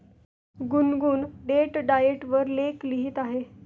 गुनगुन date diet वर लेख लिहित आहे